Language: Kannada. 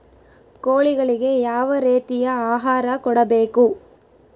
ಕೋಳಿಗಳಿಗೆ ಯಾವ ರೇತಿಯ ಆಹಾರ ಕೊಡಬೇಕು?